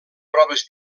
proves